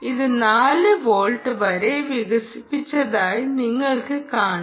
ഇത് 4 വോൾട്ട് വരെ വികസിച്ചതായി നിങ്ങൾക്ക് കാണാം